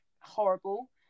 horrible